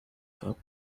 cup